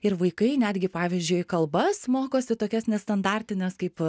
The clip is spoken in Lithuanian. ir vaikai netgi pavyzdžiui kalbas mokosi tokias nestandartines kaip